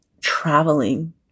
traveling